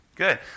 Good